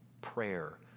prayer